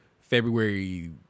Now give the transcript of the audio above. February